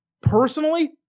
Personally